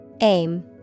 Aim